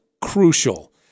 crucial